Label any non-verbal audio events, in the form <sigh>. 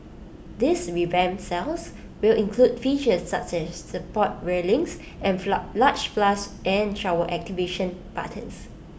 these revamped cells will include features such as support railings and <unintelligible> large flush and shower activation buttons